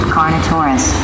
Carnotaurus